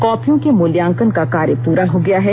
कॉपियों के मूल्यांकन का कार्य पूरा हो गया है